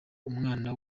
umwana